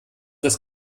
das